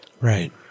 Right